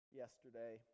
yesterday